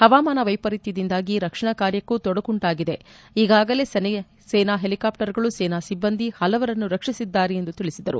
ಹವಮಾನ ವೈಪರೀತ್ವದಿಂದಾಗಿ ರಕ್ಷಣಾ ಕಾರ್ಯಕ್ಕೂ ತೊಡಕು ಉಂಟಾಗಿದೆ ಈಗಾಗಲೇ ಸೇನಾ ಹೆಲಿಕಾಪ್ವರ್ಗಳು ಸೇನಾ ಸಿಬ್ಬಂದಿ ಹಲವರನ್ನು ರಕ್ಷಿಸಿದ್ದಾರೆ ಎಂದು ತಿಳಿಸಿದರು